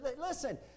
Listen